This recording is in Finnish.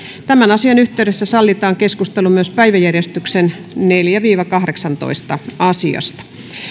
tämän asian yhteydessä sallitaan keskustelu myös päiväjärjestyksen neljännestä viiva kahdeksannestatoista asiasta